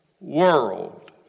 world